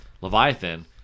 Leviathan